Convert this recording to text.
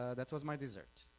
that was my dessert.